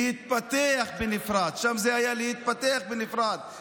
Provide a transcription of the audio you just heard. להתפתח בנפרד, שם זה היה להתפתח בנפרד.